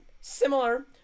similar